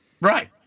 Right